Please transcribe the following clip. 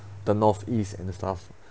the northeast and the south